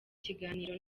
kiganiro